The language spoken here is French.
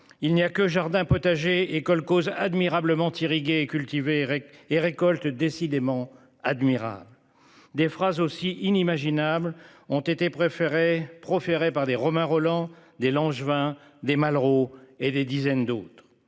il n'y a que jardin potager et. Admirablement irriguer cultivé et récolte décidément admirable. Des phrases aussi inimaginable ont été préférés proférées par des Romain Rolland des Langevin des Malraux et des dizaines d'autres.